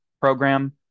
program